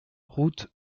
route